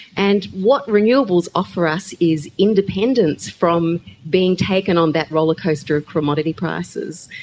and what renewables offer us is independence from being taken on that rollercoaster of commodity prices.